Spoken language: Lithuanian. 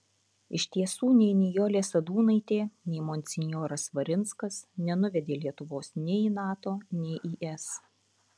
iš tiesų nei nijolė sadūnaitė nei monsinjoras svarinskas nenuvedė lietuvos nei į nato nei į es